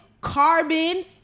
carbon